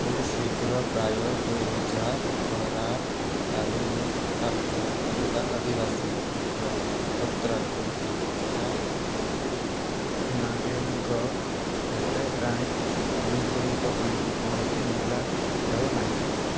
ସେ ଶୀଘ୍ର ପ୍ରାୟ କୋଡ଼ିଏ ହଜାର ଖରାପ ତାଲିମ ପ୍ରାପ୍ତ ଆଦିବାସୀ ଶୁଳ୍କ ଏକତ୍ର କରିଥିଲେ ଯାହା ନାରେଙ୍କ ଭେଟେରାନ୍ ସୈନିକଙ୍କ ପାଇଁ କୌଣସି ମେଲା ହେବନାହିଁ